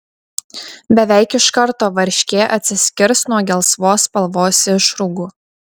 beveik iš karto varškė atsiskirs nuo gelsvos spalvos išrūgų